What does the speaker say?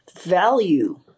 value